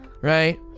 right